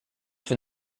from